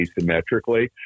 asymmetrically